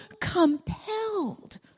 compelled